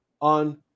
on